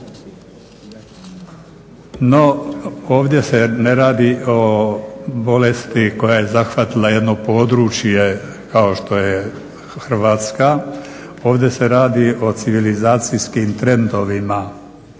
ovdje se ne radi o bolesti koja je zahvatila jedno područje kao što je Hrvatska, ovdje se radi o civilizacijskim trendovima,